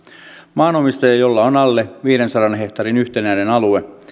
maanomistaja jolla on alle viidensadan hehtaarin yhtenäinen alue